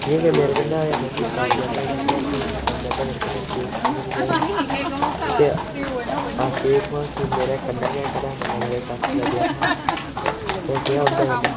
जेह्ड़ा किश मेरे कन्नै होऐ में उसी सनाना चांह्दा हा में तुसेंगी सनाना चांह्दा मेरे कन्नै केह् कि'यां कि'यां होएआ के अस गे उत्थुआं कि मेरे कन्नै गै घरै कन्नै मेरे चाचू दा ब्याह् हा में गेआ उंदे कन्नै